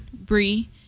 Bree